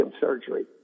surgery